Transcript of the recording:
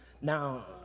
Now